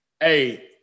Hey